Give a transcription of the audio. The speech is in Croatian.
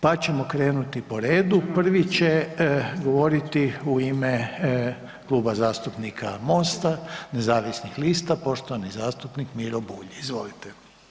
Pa ćemo krenuti po redu, prvi će govoriti u ime Kluba zastupnika Mosta nezavisnih lista poštovani zastupnik Miro Bulj, izvolite.